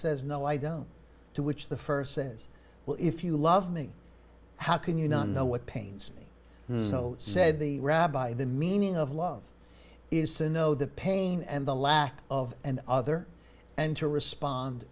says no idea to which the first says well if you love me how can you not know what pains me said the rabbi the meaning of love is to know the pain and the lack of an other and to respond